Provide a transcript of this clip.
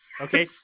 Okay